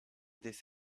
this